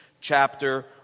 chapter